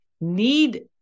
need